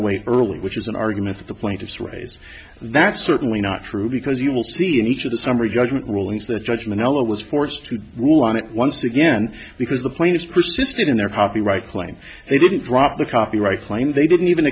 away earlier which is an argument that the plaintiffs raise that's certainly not true because you will see in each of the summary judgment rulings that judgment elo was forced to rule on it once again because the plaintiffs persisted in their copyright claim they didn't drop the copyright claim they didn't even